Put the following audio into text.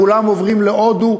כולם עוברים להודו,